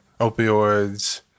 opioids